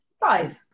Five